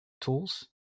tools